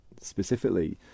specifically